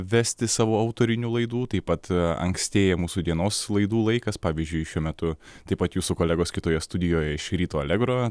vesti savo autorinių laidų taip pat ankstėja mūsų dienos laidų laikas pavyzdžiui šiuo metu taip pat jūsų kolegos kitoje studijoj iš ryto allegro